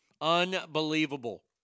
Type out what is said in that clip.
Unbelievable